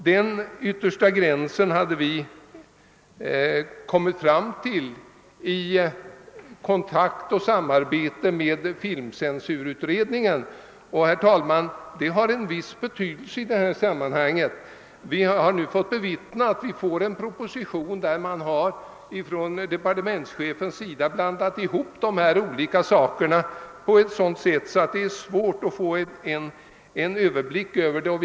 Den yttersta gränsen hade vi i kommittén kommit fram till i kontakt och samarbete med filmcensurutredningen. Detta har, herr talman, en viss betydelse i detta sammanhang. I propositionen har departementschefen blandat ihop de här olika sakerna på ett sådant sätt, att det är svårt att få en överblick över dem.